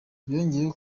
yongeyeho